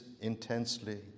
intensely